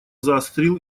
заострил